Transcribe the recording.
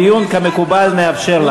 השרה לבנת, נא לשבת.